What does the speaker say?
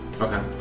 Okay